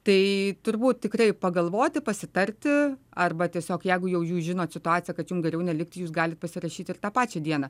tai turbūt tikrai pagalvoti pasitarti arba tiesiog jeigu jau jūs žinot situaciją kad jum geriau nelikti jūs galit pasirašyti ir tą pačią dieną